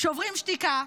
שוברים שתיקה,